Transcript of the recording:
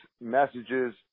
messages